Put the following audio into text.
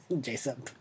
Jason